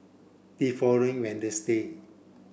the following